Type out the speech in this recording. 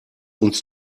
uns